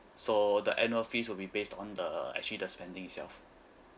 so the annual fees will be based on the actually the spending itself